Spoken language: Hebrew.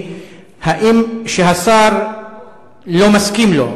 שהשר לא מסכים לו,